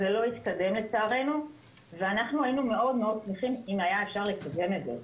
זה לא התקדם לצערנו ואנחנו היינו מאוד שמחים אם היה אפשר לקדם את זה.